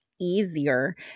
easier